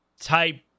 type